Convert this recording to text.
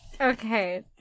Okay